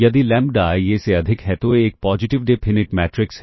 यदि lambda i A से अधिक है तो ए एक पॉजिटिव डेफिनिट मैट्रिक्स है